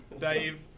Dave